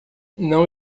não